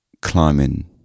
climbing